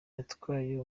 yatwaye